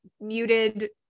muted